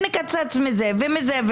נקצץ מזה ומזה,